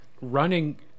running